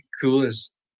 coolest